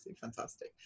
fantastic